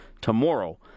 tomorrow